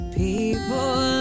people